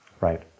Right